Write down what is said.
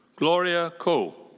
gloria ko.